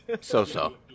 So-so